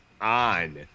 on